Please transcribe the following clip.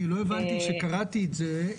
אני לא הבנתי, כשקראתי את זה,